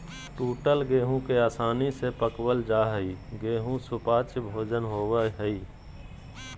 टूटल गेहूं के आसानी से पकवल जा हई गेहू सुपाच्य भोजन होवई हई